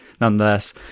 nonetheless